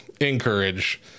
encourage